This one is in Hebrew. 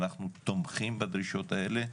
אנחנו תומכים בדרישות האלה.